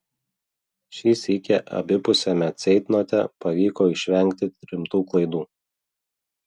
šį sykį abipusiame ceitnote pavyko išvengti rimtų klaidų